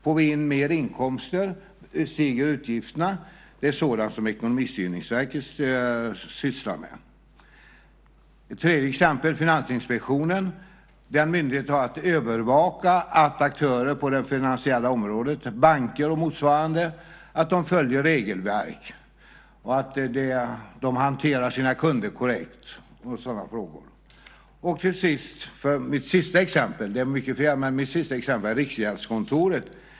Får vi in mer inkomster? Stiger utgifterna? Det är sådant som Ekonomistyrningsverket sysslar med. Ett tredje exempel är Finansinspektionen. Den myndigheten har att övervaka att aktörer på det finansiella området, banker och motsvarande, följer regelverk och hanterar sina kunder korrekt och sådana frågor. Mitt sista exempel, det finns många fler, är Riksgäldskontoret.